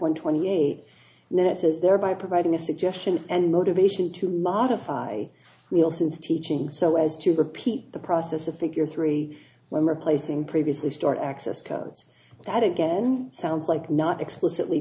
one twenty eight minutes is thereby providing a suggestion and motivation to modify wilson's teaching so as to repeat the process of figure three when replacing previously stored access codes that again sounds like not explicitly